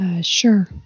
Sure